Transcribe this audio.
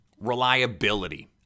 reliability